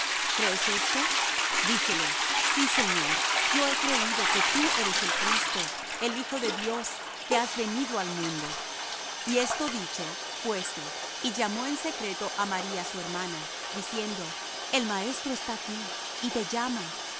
crees esto dícele sí señor yo he creído que tú eres el cristo el hijo de dios que has venido al mundo y esto dicho fuése y llamó en secreto á maría su hermana diciendo el maestro está aquí y te llama